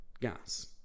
gas